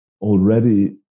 already